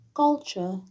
culture